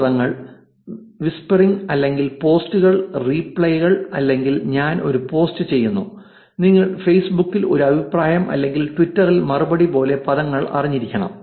ചില പദങ്ങൾ വിസ്പെരിങ് അല്ലെങ്കിൽ പോസ്റ്റുകൾ റിപ്ലൈകൾ അല്ലെങ്കിൽ ഞാൻ ഒരു പോസ്റ്റ് ചെയ്യുന്നു നിങ്ങൾ ഫേസ്ബുക്കിൽ ഒരു അഭിപ്രായം അല്ലെങ്കിൽ ട്വിറ്ററിലെ മറുപടി പോലെ പദങ്ങൾ അറിഞ്ഞിരിക്കണം